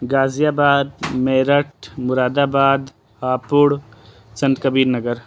غازی آباد میرٹھ مرادآباد ہاپوڑ سنت کبیر نگر